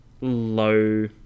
low